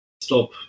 stop